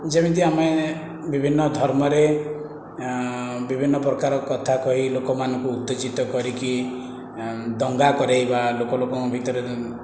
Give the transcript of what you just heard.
ଯେମିତି ଆମେ ବିଭିନ୍ନ ଧର୍ମରେ ବିଭିନ୍ନ ପ୍ରକାର କଥା କହି ଲୋକମାନଙ୍କୁ ଉତ୍ତେଜିତ କରିକି ଦଙ୍ଗା କରାଇବା ଲୋକ ଲୋକଙ୍କ ଭିତରେ